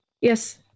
Yes